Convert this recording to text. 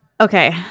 Okay